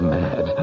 mad